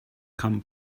come